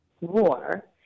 war